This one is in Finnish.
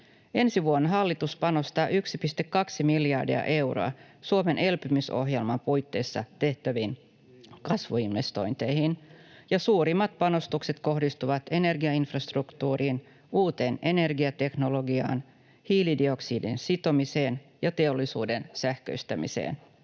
Ensi vuonna hallitus panostaa 1,2 miljardia euroa Suomen elpymisohjelman puitteissa tehtäviin kasvuinvestointeihin, ja suurimmat panostukset kohdistuvat energiainfrastruktuuriin, uuteen energiateknologiaan, hiilidioksidin sitomiseen ja teollisuuden sähköistämiseen.